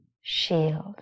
shield